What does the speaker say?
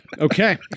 Okay